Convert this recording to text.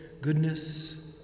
goodness